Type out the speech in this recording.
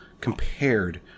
compared